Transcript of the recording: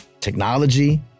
technology